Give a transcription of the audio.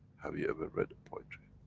have you ever read a poetry?